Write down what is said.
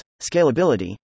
scalability